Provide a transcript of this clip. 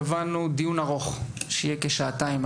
קבענו להיום דיון ארוך, שייערך כשעתיים.